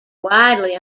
widely